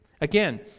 Again